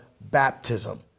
baptism